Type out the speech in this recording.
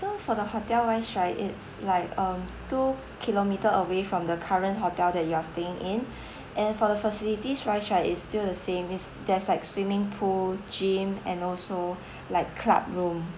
so for the hotel wise right it's like um two kilometer away from the current hotel that you are staying in and for the facilities wise right is still the same is there's like swimming pool gym and also like club room